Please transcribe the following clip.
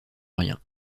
rien